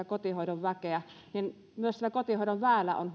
kotihoidon väkeä niin myös sillä kotihoidon väellä on